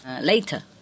later